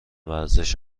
ورزش